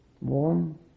warm